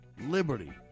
Liberty